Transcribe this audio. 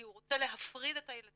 כי הוא רוצה להפריד את הילדים,